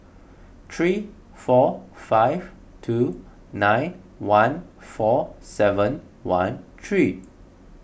three four five two nine one four seven one three